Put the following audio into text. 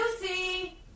Lucy